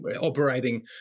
operating